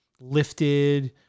lifted